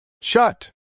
Shut